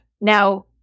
Now